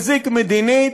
מזיק מדינית,